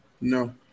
No